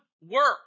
work